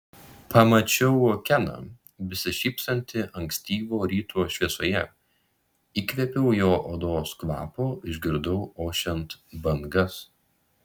pamačiau keną besišypsantį ankstyvo ryto šviesoje įkvėpiau jo odos kvapo išgirdau ošiant bangas